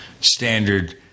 standard